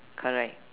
correct